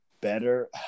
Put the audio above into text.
better